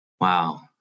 Wow